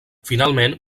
finalment